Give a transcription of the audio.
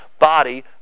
body